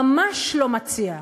ממש לא מציע.